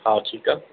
हा ठीकु आहे